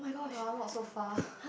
no not so far